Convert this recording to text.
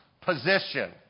position